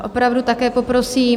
Opravdu také poprosím.